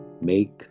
Make